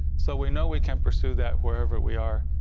so we know we can pursue that wherever we are.